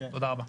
תודה רבה.